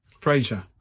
Frasier